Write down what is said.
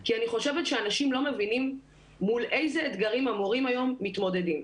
כי אני חושבת שאנשים לא מבינים מול איזה אתגרים המורים היום מתמודדים,